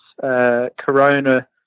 corona